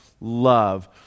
love